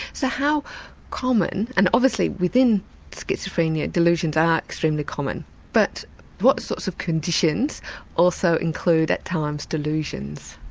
so how common and obviously within schizophrenia delusions are extremely common but what sorts of conditions also include at times delusions?